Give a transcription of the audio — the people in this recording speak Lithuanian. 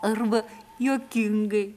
arba juokingai